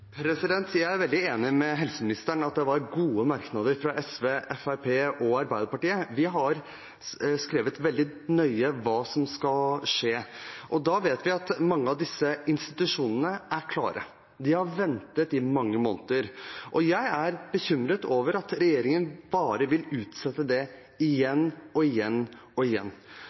Jeg er veldig enig med helseministeren i at det var gode merknader fra SV, Fremskrittspartiet og Arbeiderpartiet. Vi har skrevet veldig nøye hva som skal skje. Da vet vi at mange av disse institusjonene er klare. De har ventet i mange måneder. Jeg er bekymret over at regjeringen bare vil utsette det igjen og igjen og igjen.